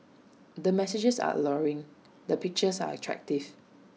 the messages are alluring the pictures are attractive